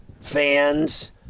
fans